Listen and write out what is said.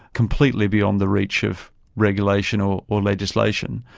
completely beyond the reach of regulation or or legislation.